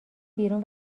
بیرون